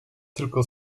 tylko